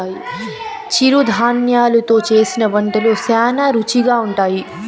చిరుధాన్యలు తో చేసిన వంటలు శ్యానా రుచిగా ఉంటాయి